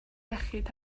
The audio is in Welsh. iechyd